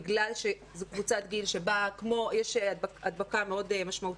בגלל שזו קבוצת גיל שבה יש הדבקה מאוד משמעותית,